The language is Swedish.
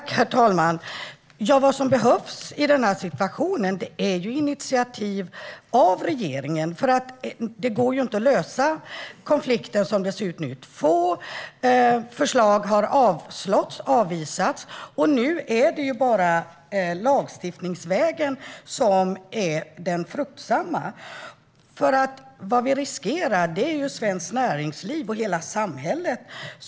Herr talman! Vad som behövs i situationen är initiativ från regeringen. Det går inte att lösa konflikten som det ser ut nu. Två förslag har avvisats, och nu är bara lagstiftningsvägen en fruktsam väg. Vi riskerar svenskt näringsliv och hela samhället.